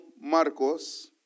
Marcos